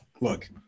look